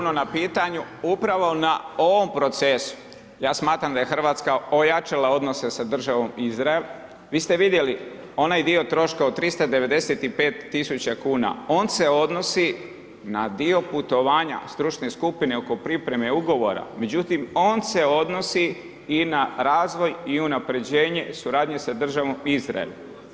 Hvala na pitanju, upravo na ovom procesu, ja smatram da je Hrvatska ojačala odnose sa državom Izrael, vi ste vidjeli onaj dio troška od 395.000 kuna, on se odnosi na dio putovanja stručne skupine oko pripreme ugovora, međutim on se odnosi i na razvoj i unapređenje suradnje sa državom Izrael.